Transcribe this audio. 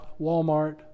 Walmart